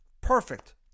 Perfect